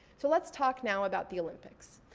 so let's talk now about the olympics.